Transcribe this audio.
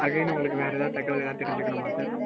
again உங்களுக்கு வேறு ஏதாவது தகவல் ஏதாவது தெரிஞ்சுக்கணுமா சார்